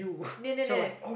no no no no